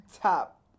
top